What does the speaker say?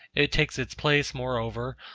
it takes its place, moreover,